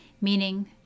Meaning